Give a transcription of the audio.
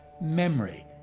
memory